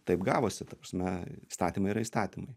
taip gavosi ta prasme įstatymai yra įstatymai